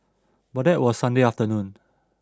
but that was Sunday afternoon